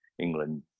England